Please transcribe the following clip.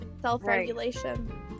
self-regulation